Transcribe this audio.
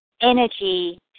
energy